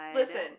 Listen